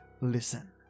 listen